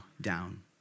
down